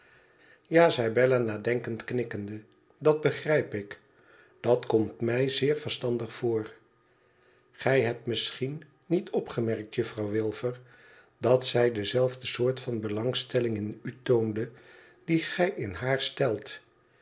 tja zei bella nadenkend knikkende dat begrijp ik dat komt mij zeer verstandig voor gij hebt misschien niet opgemerkt juffrouw wilfer dat zij dezelfde soort van belangstelling in u toonde die gij in haar stelt